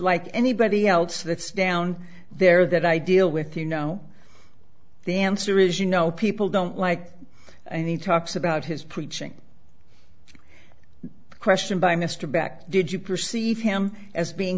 like anybody else that's down there that i deal with you know the answer is you know people don't like and he talks about his preaching question by mr back did you perceive him as being